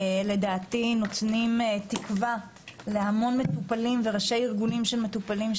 נותנות תקווה להמון מטופלים וראשי ארגונים של מטופלים,